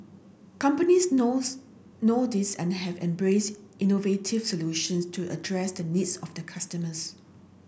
companies knows know this and have embraced innovative solutions to address the needs of the customers